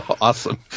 Awesome